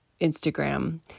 Instagram